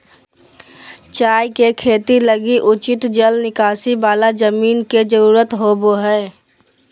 चाय के खेती लगी उचित जल निकासी वाला जमीन के जरूरत होबा हइ